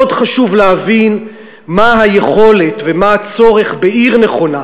מאוד חשוב להבין מה היכולת ומה הצורך בעיר נכונה,